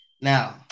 Now